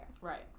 Right